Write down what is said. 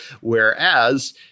Whereas